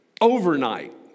overnight